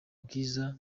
bwiza